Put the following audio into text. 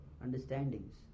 understandings